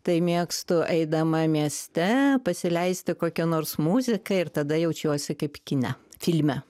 tai mėgstu eidama mieste pasileisti kokią nors muziką ir tada jaučiuosi kaip kine filme